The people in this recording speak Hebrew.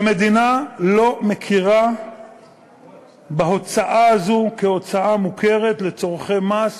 והמדינה לא מכירה בהוצאה הזו כהוצאה מוכרת לצורכי מס.